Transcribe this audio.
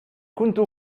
كنت